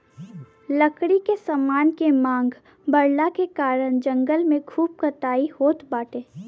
लकड़ी के समान के मांग बढ़ला के कारण जंगल के खूब कटाई होत बाटे